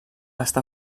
està